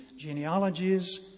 genealogies